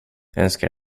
önskar